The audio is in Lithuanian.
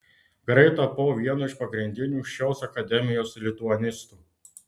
greit tapau vienu iš pagrindinių šios akademijos lituanistų